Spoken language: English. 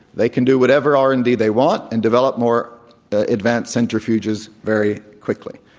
they can do whatever r and d they want and develop more advanced centrifuges very quickly.